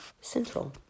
central